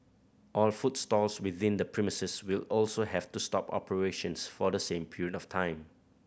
all food stalls within the premises will also have to stop operations for the same period of time